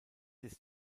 ist